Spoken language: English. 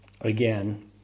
again